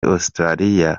australia